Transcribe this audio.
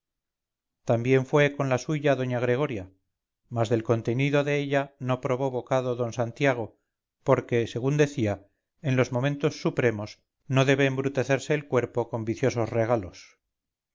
también fue con la suya doña gregoria mas del contenido de ella no probó bocado d santiago porque según decía en los momentos supremos no debe embrutecerse el cuerpo con viciosos regalos